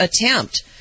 attempt